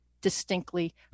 distinctly